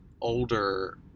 older